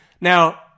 Now